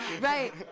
right